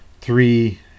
three